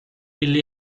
ele